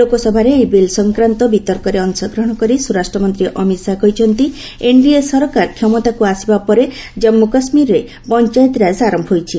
ଲୋକସଭାରେ ଏହି ବିଲ୍ ସଂକ୍ରାନ୍ତ ବିତର୍କରେ ଅଂଶଗ୍ରହଣ କରି ସ୍ୱରାଷ୍ଟ୍ର ମନ୍ତ୍ରୀ ଅମିତ ଶାହା କହିଛନ୍ତି ଏନ୍ଡିଏ ସରକାର କ୍ଷମତାକୁ ଆସିବା ପରେ ଜାମ୍ମୁ କାଶ୍ମୀରରେ ପଞ୍ଚାୟତିରାଜ ଆରମ୍ଭ ହୋଇଛି